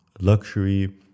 luxury